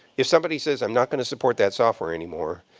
if somebody says, i'm not going to support that software anymore,